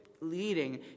leading